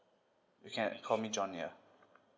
you can call me john ya